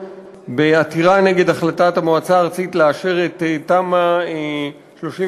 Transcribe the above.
בעתירה נגד החלטת המועצה הארצית לאשר את תמ"א 34ב/5,